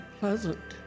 pleasant